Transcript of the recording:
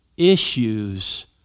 issues